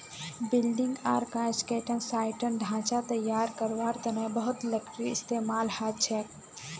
building आर construction साइटत ढांचा तैयार करवार तने बहुत लकड़ीर इस्तेमाल हछेक